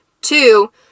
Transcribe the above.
Two